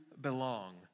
belong